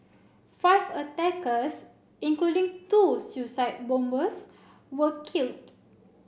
five attackers including two suicide bombers were killed